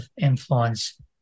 influence